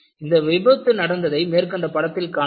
இந்த விபத்து நடந்ததை மேற்கண்ட படத்தில் காணலாம்